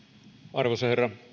arvoisa herra